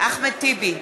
אחמד טיבי,